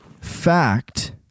fact